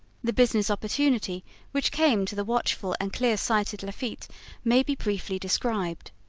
the business opportunity which came to the watchful and clear-sighted lafitte may be briefly described.